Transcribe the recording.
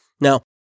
Now